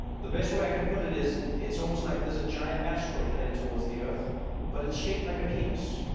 the best way i can put it is it's almost like there's a giant astroid headed towards the earth but it's shaped like penis.